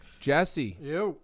Jesse